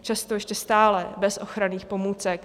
Často ještě stále bez ochranných pomůcek.